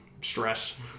Stress